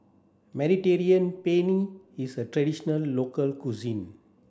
Mediterranean Penne is a traditional local cuisine